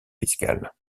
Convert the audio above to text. fiscales